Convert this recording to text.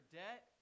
debt